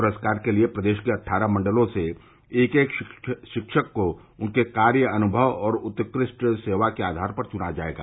पुरस्कार के लिए प्रदेश के अट्ठारह मंडलों से एक एक शिक्षक को उनके कार्य अनुमव और उत्कृष्ट सेवा के आधार पर चुना जायेगा